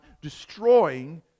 destroying